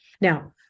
Now